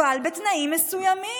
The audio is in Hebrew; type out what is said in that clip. אבל בתנאים מסוימים.